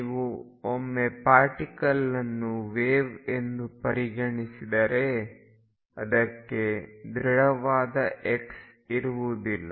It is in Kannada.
ನೀವು ಒಮ್ಮೆ ಪಾರ್ಟಿಕಲ್ ಅನ್ನು ವೇವ್ ಎಂದು ಪರಿಗಣಿಸಿದರೆ ಅದಕ್ಕೆ ದೃಢವಾದ x ಇರುವುದಿಲ್ಲ